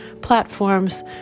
platforms